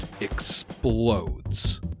explodes